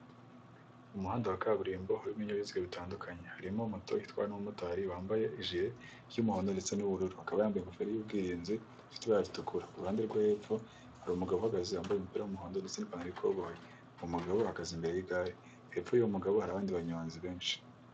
Umuhanda wa kaburimbo uriho ibinyabiziga bitandukanye harimo moto yitwaye nu mumotari wambaye ijire ry'umuhondo ndetse n'ubururu akaba yambaye ingofero y'ubwirinzi ifite ibara r'itukura kuruhande rwo hepfo hari umugabo uhagaze wambaye umupira w'umuhondo ndetse n'ipantaro yikoboyi mugabo ahagaze imbere y'igare hepfo yuho mugabo hari abandi ba banyohanzi benshi.